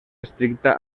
estricta